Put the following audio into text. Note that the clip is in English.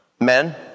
men